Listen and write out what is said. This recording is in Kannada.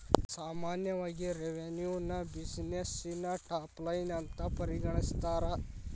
ಸಾಮಾನ್ಯವಾಗಿ ರೆವೆನ್ಯುನ ಬ್ಯುಸಿನೆಸ್ಸಿನ ಟಾಪ್ ಲೈನ್ ಅಂತ ಪರಿಗಣಿಸ್ತಾರ?